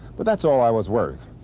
but that's all i was worth.